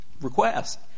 request